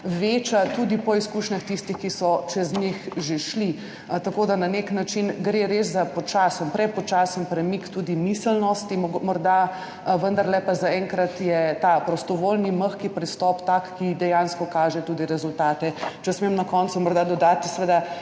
veča, tudi po izkušnjah tistih, ki so čez njih že šli, tako da na nek način gre morda res za počasen, prepočasen premik tudi miselnosti, vendarle pa je zaenkrat ta prostovoljni, mehki pristop tak, ki dejansko kaže tudi rezultate. Če smem na koncu morda dodati, seveda